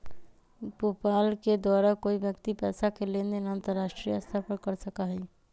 PayPal के द्वारा कोई व्यक्ति पैसा के लेन देन अंतर्राष्ट्रीय स्तर पर कर सका हई